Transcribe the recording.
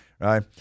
Right